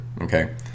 okay